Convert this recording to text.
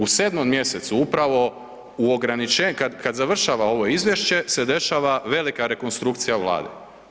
U 7. mj. upravo u ograničenju, kad završava ovo izvješće se dešava velika rekonstrukcija Vlade.